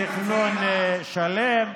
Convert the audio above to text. מתכנון שלם.